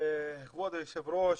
כבוד היושב ראש,